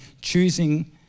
choosing